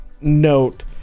note